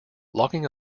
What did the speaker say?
logging